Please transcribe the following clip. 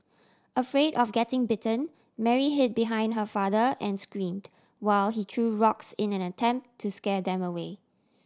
afraid of getting bitten Mary hid behind her father and screamed while he threw rocks in an attempt to scare them away